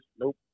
Nope